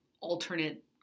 alternate